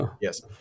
Yes